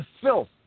filth